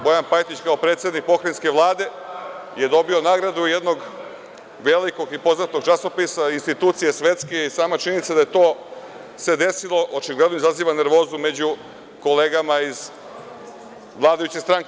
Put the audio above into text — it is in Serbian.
Bojan Pajtić, kao predsednik Pokrajinske vlade dobio je nagradu jednog velikog i poznatog časopisa, institucije svetske i sama činjenica da se to desilo očigledno izaziva nervozu među kolegama iz vladajuće stranke.